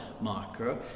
marker